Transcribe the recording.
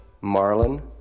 Marlin